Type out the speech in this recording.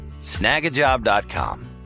snagajob.com